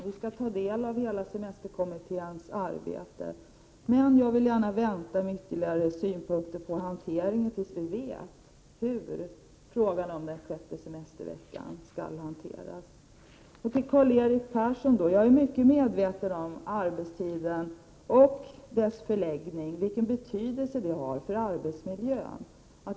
Vi skall ta del av hela semesterkommitténs arbete. Men jag vill gärna vänta med ytterligare synpunkter på hanteringen tills vi vet hur frågan om den sjätte semesterveckan skall hanteras. Till Karl-Erik Persson vill jag säga att jag är mycket medveten om vilken betydelse arbetstidens förläggning har för arbetsmiljön.